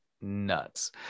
nuts